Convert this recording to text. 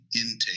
intake